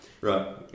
right